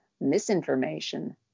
misinformation